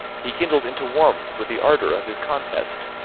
he kindled into warmth with the ardour of his contest,